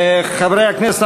חברי הכנסת,